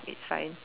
it's fine